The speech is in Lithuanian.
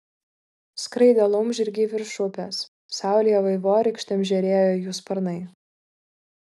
skraidė laumžirgiai virš upės saulėje vaivorykštėm žėrėjo jų sparnai